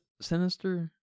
Sinister